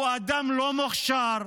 הוא אדם לא מוכשר,